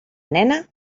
nena